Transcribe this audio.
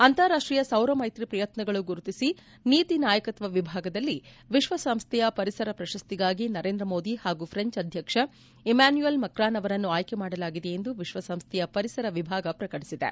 ಅಂತಾರಾಷ್ಷೀಯ ಸೌರ ಮೈತ್ರಿ ಪ್ರಯತ್ನಗಳು ಗುರುತಿಸಿ ನೀತಿ ನಾಯಕತ್ವ ವಿಭಾಗದಲ್ಲಿ ವಿಶ್ವಸಂಸ್ಥೆಯ ಪರಿಸರ ಪ್ರಶಸ್ತಿಗಾಗಿ ನರೇಂದ್ರ ಮೋದಿ ಹಾಗೂ ಫೆಂಚ್ ಅಧ್ಯಕ್ಷ ಇಮ್ಡಾನ್ಶುಯಲ್ ಮಕ್ರಾನ್ ಅವರನ್ನು ಆಯ್ಲೆ ಮಾಡಲಾಗಿದೆ ಎಂದು ವಿಶ್ವಸಂಸ್ಥೆಯ ಪರಿಸರ ವಿಭಾಗ ಪ್ರಕಟಿಸಿದೆ